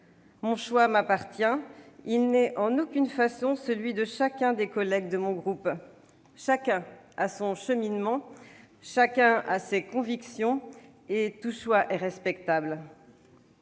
mon choix m'appartient, il n'est en aucune façon celui de chacun des collègues de mon groupe ; chacun a son cheminement, chacun a ses convictions, et tout choix est respectable.